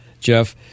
Jeff